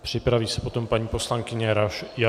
Připraví se potom paní poslankyně Jarošová.